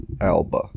Alba